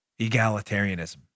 Egalitarianism